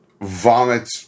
vomits